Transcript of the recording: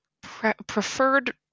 preferred